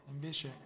Invece